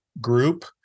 group